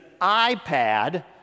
iPad